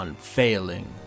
failing